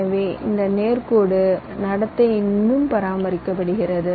எனவே இந்த நேர் கோடு நடத்தை இன்னும் பராமரிக்கப்படுகிறது